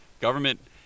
government